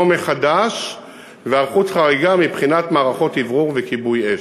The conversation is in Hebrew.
מחדש והיערכות חריגה מבחינת מערכות אוורור וכיבוי אש.